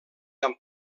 amb